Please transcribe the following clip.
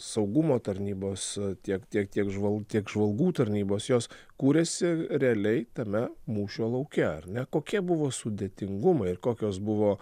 saugumo tarnybos tiek tiek tiek žvalgų tiek žvalgų tarnybos jos kūrėsi realiai tame mūšio lauke ar ne kokie buvo sudėtingumai ir kokios buvo